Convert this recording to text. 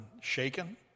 shaken